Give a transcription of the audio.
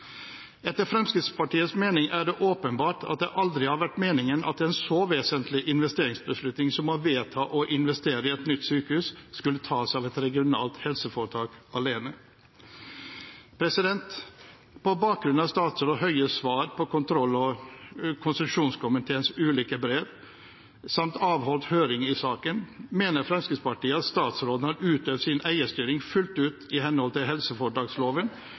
Etter Fremskrittspartiets mening er det åpenbart at det aldri har vært meningen at en så vesentlig investeringsbeslutning som å vedta å investere i et nytt sykehus skulle tas av et regionalt helseforetak alene. På bakgrunn av statsråd Høies svar på kontroll- og konstitusjonskomiteens ulike brev samt avholdt høring i saken mener Fremskrittspartiet at statsråden har utøvd sin eierstyring fullt ut i henhold til